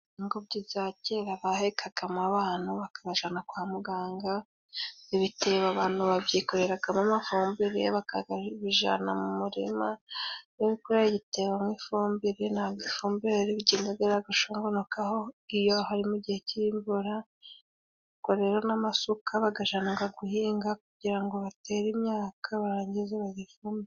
Ingobyi za kera bahegagamo abantu bakabajana kwa muganga, ibitebo abantu babyikoreragamo amavumbire bakabijana mu murima, iyo wikoreye igitebo mo ifumbire, ntabwo ifumbire rigendaga rigushongokaho iyo harimo igihe cy'imvura, ubwo rero n'amasuka bagajanaga guhinga, kugira ngo batere imyaka barangize bagifumbi.